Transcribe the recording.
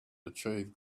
achieve